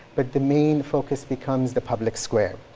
but the main focus becomes the public square.